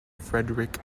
friedrich